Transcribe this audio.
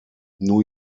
new